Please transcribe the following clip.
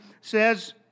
says